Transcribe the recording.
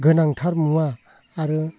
गोनांथार मुवा आरो